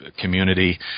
community